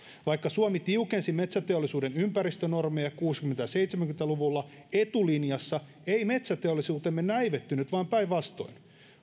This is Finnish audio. vaikka suomi tiukensi metsäteollisuuden ympäristönormeja kuusikymmentä ja seitsemänkymmentä luvuilla etulinjassa ei metsäteollisuutemme näivettynyt vaan päinvastoin